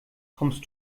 kommst